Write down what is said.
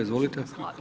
Izvolite.